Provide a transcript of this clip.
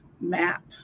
map